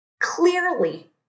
clearly